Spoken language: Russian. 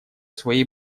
своей